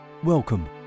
Welcome